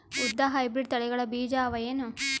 ಉದ್ದ ಹೈಬ್ರಿಡ್ ತಳಿಗಳ ಬೀಜ ಅವ ಏನು?